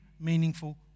meaningful